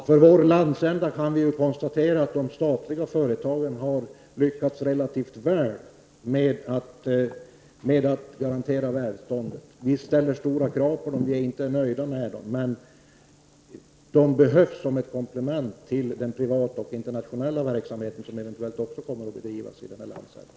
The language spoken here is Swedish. Fru talman! När det gäller Norrland kan vi konstatera att de statliga företagen har lyckats relativt väl med att garantera välståndet. Vi ställer stora krav på dessa företag, och vi är inte nöjda med dem. Men de behövs som ett komplement till den privata och internationella verksamheten som eventuellt också kommer att bedrivas i denna landsända.